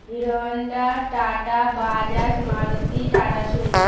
hero Honda Tata Bajaj Maruti Tata Sumo